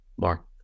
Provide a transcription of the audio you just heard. Mark